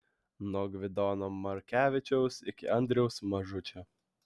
nuo gvidono markevičiaus iki andriaus mažučio